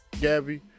Gabby